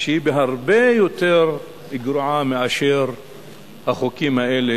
שהיא הרבה יותר גרועה מאשר החוקים האלה,